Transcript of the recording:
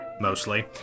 mostly